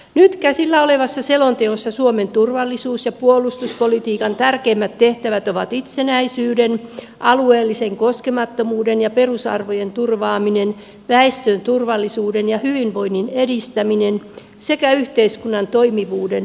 nyt käsillä olevassa selonteossa suomen turvallisuus ja puolustuspolitiikan tärkeimmät tehtävät ovat itsenäisyyden alueellisen koskemattomuuden ja perusarvojen turvaaminen väestön turvallisuuden ja hyvinvoinnin edistäminen sekä yhteiskunnan toimivuuden ylläpitäminen